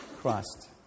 Christ